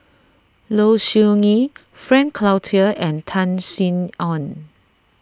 Low Siew Nghee Frank Cloutier and Tan Sin Aun